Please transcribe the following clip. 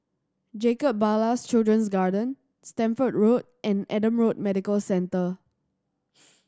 Jacob Ballas Children's Garden Stamford Road and Adam Road Medical Centre